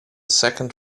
second